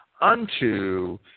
unto